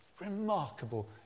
remarkable